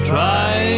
Try